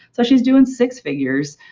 so, she's doing six figures,